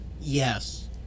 yes